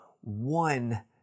one